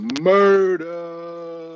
murder